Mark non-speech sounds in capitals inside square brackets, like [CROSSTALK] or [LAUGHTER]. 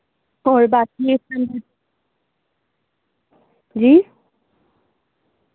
اور باقی [UNINTELLIGIBLE] جی